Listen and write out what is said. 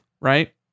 right